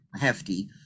hefty